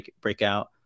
breakout